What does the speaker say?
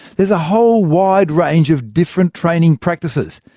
there's a whole wide range of different training practices.